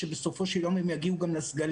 בסופו של יום, הם יגיעו גם לסגלים.